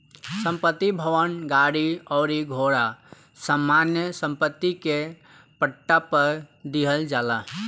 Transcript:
संपत्ति, भवन, गाड़ी अउरी घोड़ा सामान्य सम्पत्ति के पट्टा पर दीहल जाला